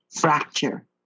fracture